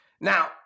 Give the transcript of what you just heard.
Now